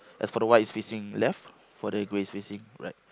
as for the white is facing left for the grey is facing right